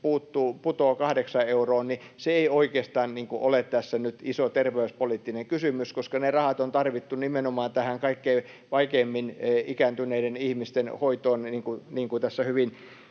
putoaa 8 euroon, se ei oikeastaan ole tässä nyt iso terveyspoliittinen kysymys, koska ne rahat on tarvittu nimenomaan tähän kaikkein vaikeimmin ikääntyneiden ihmisten hoitoon, niin kuin hyvin